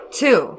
two